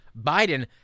biden